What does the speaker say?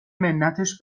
منتش